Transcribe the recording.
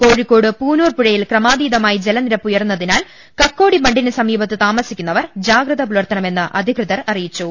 കോഴിക്കോട് പൂനൂർ പുഴയിൽ ക്രമാതീതമായി ജലനിരപ്പ് ഉയർന്നതിനാൽ കക്കോടി ബണ്ടിന് സമീപത്ത് താമസിക്കുന്നവർ ജാഗ്രതപുലർത്തണമെന്ന് അധികൃതർ അറിയിച്ചു